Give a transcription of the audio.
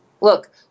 Look